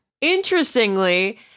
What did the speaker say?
Interestingly